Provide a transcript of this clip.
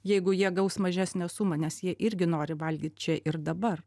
jeigu jie gaus mažesnę sumą nes jie irgi nori valgyt čia ir dabar